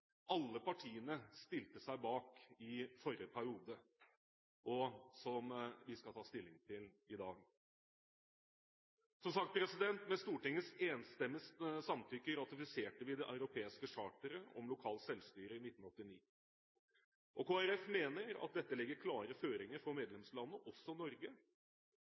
alle partiene stilte seg bak i forrige periode, og som vi skal ta stilling til i dag. Som sagt: Med Stortingets enstemmige samtykke ratifiserte vi Det europeiske charteret om lokalt selvstyre i 1989. Kristelig Folkeparti mener at dette legger klare føringer for medlemslandene – også Norge. Blant 26 europeiske konstitusjoner er Norge